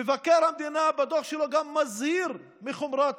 מבקר המדינה בדוח שלו גם מזהיר מחומרת